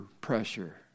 pressure